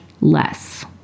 less